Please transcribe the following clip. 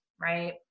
right